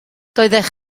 doeddech